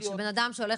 שבן-אדם שהולך,